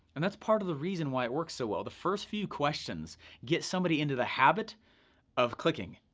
and that's part of the reason why it works so well. the first few questions get somebody into the habit of clicking.